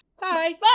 Bye